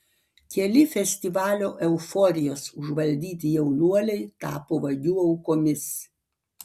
keli festivalio euforijos užvaldyti jaunuoliai tapo vagių aukomis